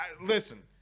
listen